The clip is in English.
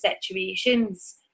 situations